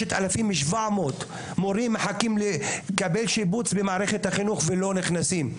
3,700 מורים מחכים לקבל שיבוץ במערכת החינוך ולא נכנסים.